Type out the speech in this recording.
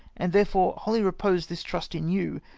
and therefore wholly repose this trust in you,